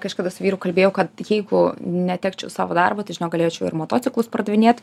kažkada vyru kalbėjau kad jeigu netekčiau savo darbo tai žinok galėčiau ir motociklus pardavinėt